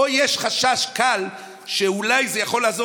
או יש חשש קל שאולי זה יכול לעזור